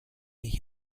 ich